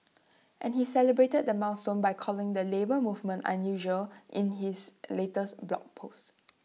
and he celebrated the milestone by calling the Labour Movement unusual in his latest blog post